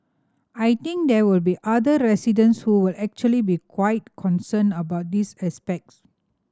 I think there will be other residents who will actually be quite concerned about this aspects